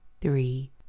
three